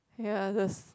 ya just